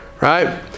right